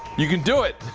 you could do it.